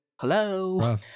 hello